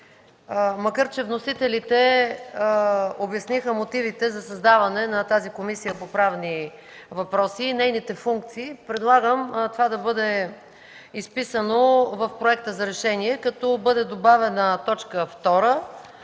макар че вносителите обясниха мотивите за създаване на тази Комисия по правни въпроси и нейните функции. Предлагам това да бъде изписано в Проекта за решение, като бъде добавена т. 2, която